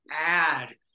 add